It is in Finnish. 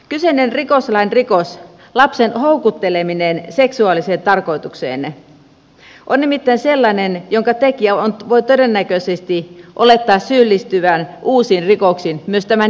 kyseinen rikoslain rikos lapsen houkutteleminen seksuaaliseen tarkoitukseen on nimittäin sellainen jonka tekijän voi todennäköisesti olettaa syyllistyvän uusiin rikoksiin myös tämän jälkeen